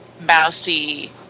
mousy